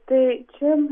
tai čia